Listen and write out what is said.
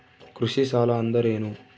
ಕೃಷಿ ಸಾಲ ಅಂದರೇನು?